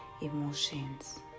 emotions